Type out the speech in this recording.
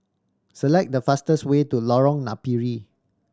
select the fastest way to Lorong Napiri